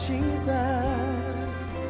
Jesus